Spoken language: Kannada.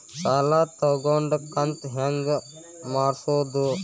ಸಾಲ ತಗೊಂಡು ಕಂತ ಹೆಂಗ್ ಮಾಡ್ಸೋದು?